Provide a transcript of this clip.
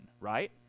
Right